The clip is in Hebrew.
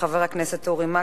חבר הכנסת אורי מקלב,